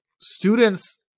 students